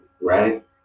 right